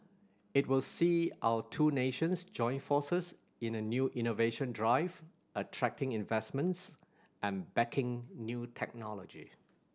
it will see our two nations join forces in a new innovation drive attracting investments and backing new technology